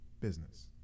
business